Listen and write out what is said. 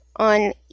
on